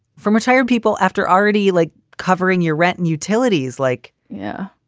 from retired people after already like covering your rent and utilities like. yeah.